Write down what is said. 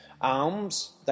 Alms